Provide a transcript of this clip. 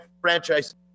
franchise